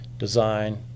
design